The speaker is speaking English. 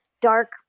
dark